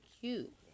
cute